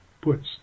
puts